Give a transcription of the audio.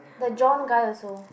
then Jon guy also